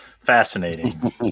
Fascinating